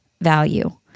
value